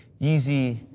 Yeezy